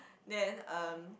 then um